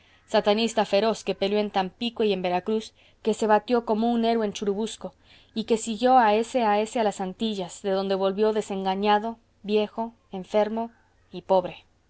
santanista feroz que peleó en tampico y en veracruz que se batió como un héroe en churubusco y que siguió a s a s a las antillas de donde volvió desengañado viejo enfermo